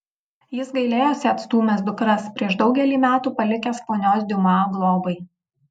jis gailėjosi atstūmęs dukras prieš daugelį metų palikęs ponios diuma globai